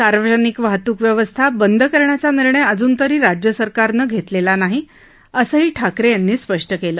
सार्वजनिक वाहतूक व्यवस्था बंद करण्याचा निर्णय अजून तरी राज्य सरकारने घेतलेला नाही असेही उद्धव ठाकरे यांनी स्पष्ट केले